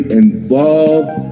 involved